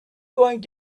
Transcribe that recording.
going